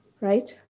Right